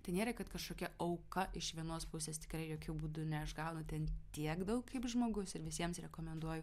tai nėra kad kažkokia auka iš vienos pusės tikrai jokiu būdu ne aš gaunu ten tiek daug kaip žmogus ir visiems rekomenduoju